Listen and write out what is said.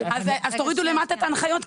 אז תורידו למטה את ההנחיות,